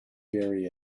bury